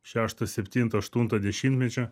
šeštą septintą aštuntą dešimtmečio